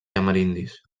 amerindis